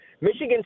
Michigan